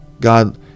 God